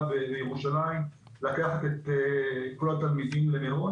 בירושלים מחליט לקחת את כל התלמידים למירון,